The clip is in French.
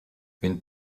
une